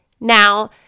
Now